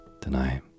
Tonight